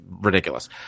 ridiculous